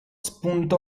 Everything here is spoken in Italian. spunta